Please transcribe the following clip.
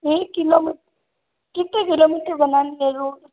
नहीं कितने किलोमीटर बनाने है रोड